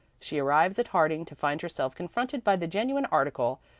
she arrives at harding to find herself confronted by the genuine article.